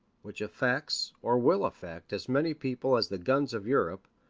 which affects or will affect as many people as the guns of europe,